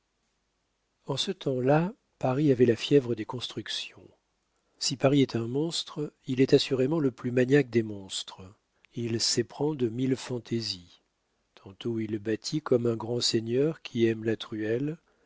en ce temps-là paris avait la fièvre des constructions si paris est un monstre il est assurément le plus maniaque des monstres il s'éprend de mille fantaisies tantôt il bâtit comme un grand seigneur qui aime la truelle